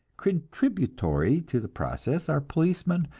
contributory to the process are policemen,